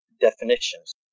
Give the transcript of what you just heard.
definitions